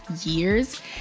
years